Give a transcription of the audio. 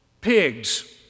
Pigs